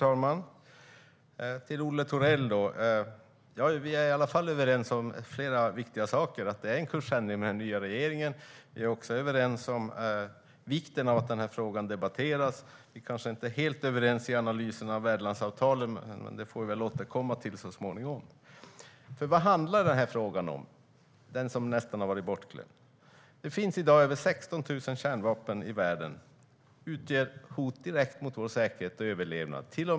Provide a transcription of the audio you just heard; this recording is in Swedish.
Herr talman! Olle Thorell, vi är i alla fall överens om flera viktiga saker. Den nya regeringen har gjort en kursändring. Vi är också överens om vikten av att den här frågan debatteras. Vi är kanske inte helt överens i analyserna av värdlandsavtalet, men det får vi väl återkomma till så småningom. Vad handlar den här frågan som nästan har varit bortglömd om? Det finns i dag över 16 000 kärnvapen i världen, och de utgör ett direkt hot mot vår säkerhet och överlevnad.